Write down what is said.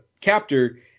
captor